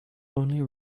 only